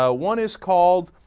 ah one is called